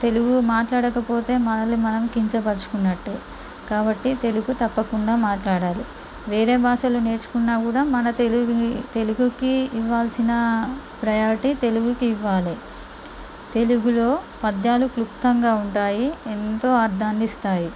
తెలుగు మాట్లాడకపోతే మనల్ని మనం కించపరచుకున్నట్టు కాబట్టి తెలుగు తప్పకుండా మాట్లాడాలి వేరే భాషలు నేర్చుకున్నా కూడా మన తెలుగు తెలుగుకి ఇవ్వాల్సిన ప్రయారిటీ తెలుగుకి ఇవ్వాలి తెలుగులో పద్యాలు క్లుప్తంగా ఉంటాయి ఎంతో అర్దాన్ని ఇస్తాయి